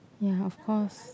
ya of course